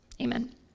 amen